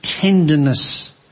Tenderness